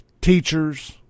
teachers